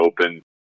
open